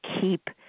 keep